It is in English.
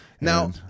Now